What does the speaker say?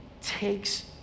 takes